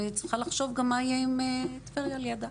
וצריכה לחשוב גם מה יהיה עם טבריה לידה,